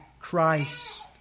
Christ